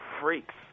freaks